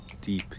deep